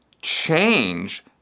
change